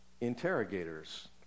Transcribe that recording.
interrogators